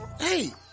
hey